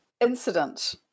incident